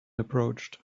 approached